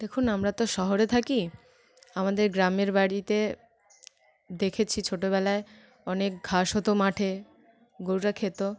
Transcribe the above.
দেখুন আমরা তো শহরে থাকি আমাদের গ্রামের বাড়িতে দেখেছি ছোটোবেলায় অনেক ঘাস হতো মাঠে গরুরা খেতো